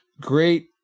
great